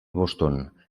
boston